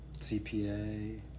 CPA